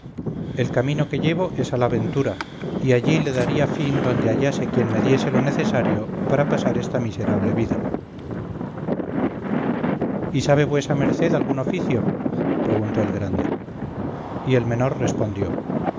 el camino que llevo es a la ventura y allí le daría fin donde hallase quien me diese lo necesario para pasar esta miserable vida y sabe vuesa merced algún oficio preguntó el grande y el menor respondió